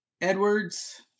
Edwards